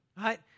right